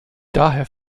daher